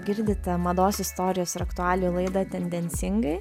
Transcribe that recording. girdite mados istorijos ir aktualijų laidą tendencingai